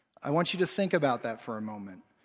i want you to think about that for a moment.